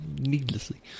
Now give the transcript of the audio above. needlessly